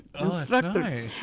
instructor